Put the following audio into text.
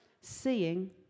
Seeing